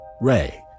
Ray